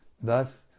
Thus